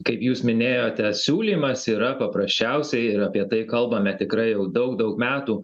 kaip jūs minėjote siūlymas yra paprasčiausiai ir apie tai kalbame tikrai jau daug daug metų